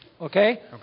Okay